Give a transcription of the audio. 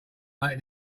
make